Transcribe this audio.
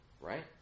right